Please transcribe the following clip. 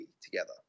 together